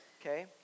Okay